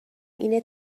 اینه